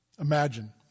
Imagine